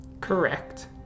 Correct